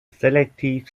selektiv